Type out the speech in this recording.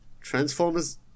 Transformers